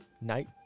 night